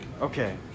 Okay